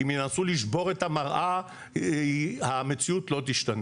אם ינסו לשבור את המראה המציאות לא תשתנה.